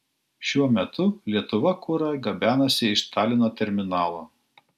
šiuo metu lietuva kurą gabenasi iš talino terminalo